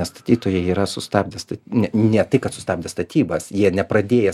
na statytojai yra sustabdę st ne ne tai kad sustabdė statybas jie nepradėję